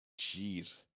Jeez